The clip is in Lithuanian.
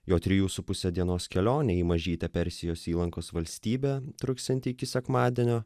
jo trijų su puse dienos kelionė į mažytę persijos įlankos valstybę truksianti iki sekmadienio